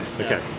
Okay